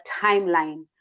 timeline